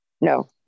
No